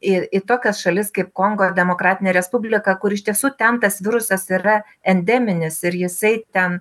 ir į tokias šalis kaip kongo demokratinė respublika kuri iš tiesų ten tas virusas yra endeminis ir jisai ten